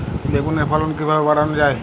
বেগুনের ফলন কিভাবে বাড়ানো যায়?